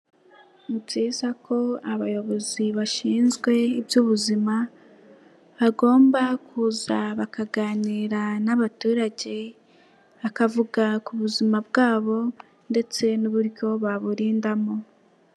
Ni byiza ko abayobozi bashinzwe iby'ubuzima bagomba kuza bakaganira n'abaturage bakavuga ku buzima bwabo ndetse n'uburyo baburindamo.